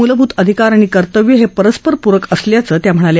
मूलभूत अधिकार आणि कर्तव्य हे रस र रक असल्याचं त्या म्हणाल्या